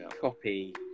copy